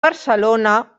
barcelona